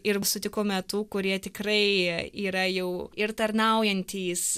ir sutikome tų kurie tikrai yra jau ir tarnaujantys